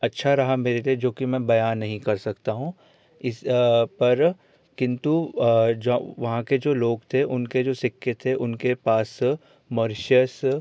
अच्छा रहा मेरे लिए जो कि मैं बयां नहीं कर सकता हूँ इस पर किंतु वहाँ के जो लोग थे उनके जो सिक्के थे उनके पास मॉरिशियस